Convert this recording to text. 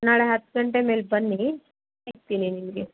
ನಾಳೆ ಹತ್ತು ಗಂಟೆ ಮೇಲೆ ಬನ್ನಿ ಸಿಗ್ತೀನಿ ನಿಮಗೆ